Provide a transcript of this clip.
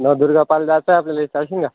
नवदुर्गा पाह्यला जायचंय आपल्याला चलशीन का